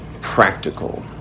practical